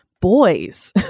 boys